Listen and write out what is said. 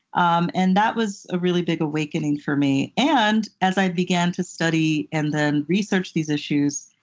um and that was a really big awakening for me, and as i began to study and then research these issues,